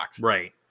Right